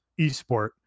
eSport